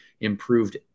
Improved